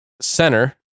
center